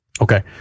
Okay